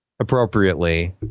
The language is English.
Appropriately